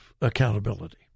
accountability